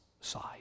side